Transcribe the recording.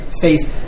face